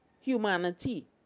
humanity